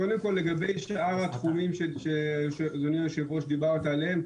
קודם כל לגבי שאר התחומים שאדוני היושב ראש דיברת עליהם,